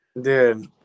dude